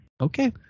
Okay